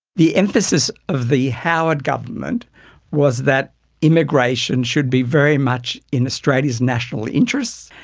the emphasis of the howard government was that immigration should be very much in australia's national interests,